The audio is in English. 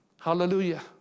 Hallelujah